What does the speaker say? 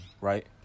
Right